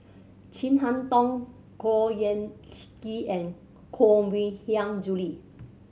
Chin Harn Tong Khor Ean Ghee and Koh Mui Hiang Julie